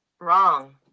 Wrong